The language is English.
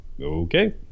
okay